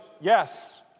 Yes